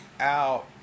out